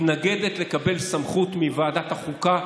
מתנגדת לקבל סמכות מוועדת החוקה,